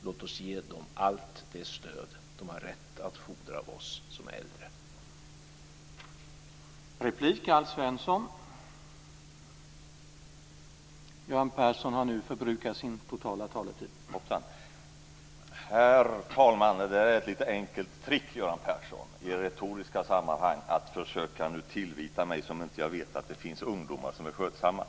Låt oss ge dem allt det stöd de har rätt att fordra av oss som är äldre.